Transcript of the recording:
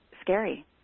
scary